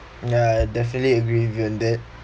ya I definitely agree with you on that